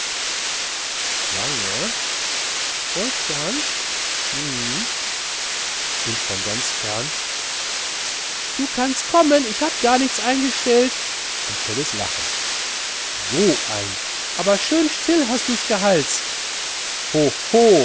lange wolfgang hm und von ganz fern du kannst kommen ich habe gar nicht eingestellt und helles lachen so ein aber schön still hast du gehalts hoho